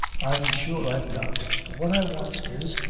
i'm sure i'm not. what i want is,